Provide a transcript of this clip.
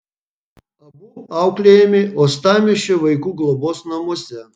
abu auklėjami uostamiesčio vaikų globos namuose